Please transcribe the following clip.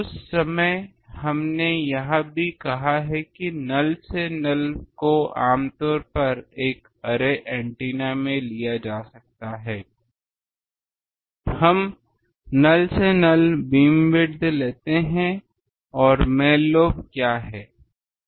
उस समय हमने यह भी कहा है कि नल से नल को आमतौर पर एक अरे एंटीना में लिया जा सकता है हम नल से नल बिम्विदथ लेते हैं और मैन लोब क्या हैं